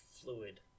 fluid